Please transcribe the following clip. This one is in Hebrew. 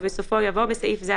ובסופו יבוא "בסעיף זה,